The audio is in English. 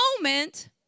moment